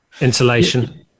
insulation